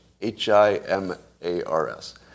H-I-M-A-R-S